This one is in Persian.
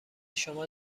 شما